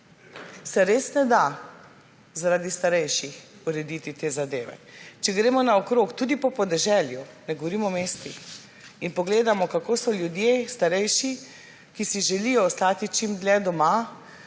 Se res ne da zaradi starejših urediti te zadeve? Če gremo naokrog, tudi po podeželju, ne govorim o mestih, in pogledamo, kako so se starejši ljudje, ki želijo ostati čim dlje doma,